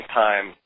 time